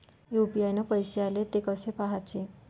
UPI न पैसे आले, थे कसे पाहाचे?